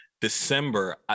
December